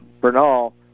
Bernal